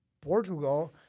Portugal